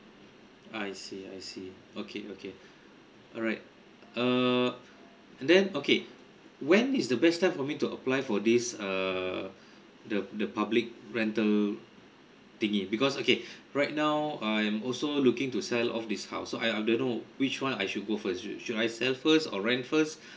I see I see okay okay alright err and then okay when is the best time for me to apply for this err the the public rental thingy because okay right now I am also looking to sell off this house so I I don't know which one I should go first sho~ should I sell first or rent first